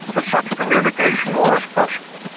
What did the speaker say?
and such communication was possible.